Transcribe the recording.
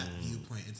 viewpoint